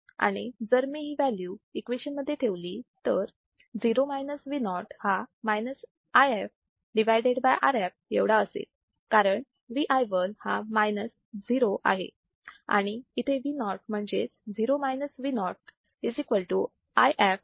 आणि जर मी ही व्हॅल्यू इक्वेशन मध्ये ठेवली तर 0 Vo हा IfRf एवढा असेल कारण Vi1 हा 0 आहे आणि इथे Vo आहे म्हणजेच 0 Vo If Rf